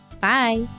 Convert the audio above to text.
Bye